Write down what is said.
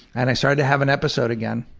and i started to have an episode again.